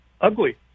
ugly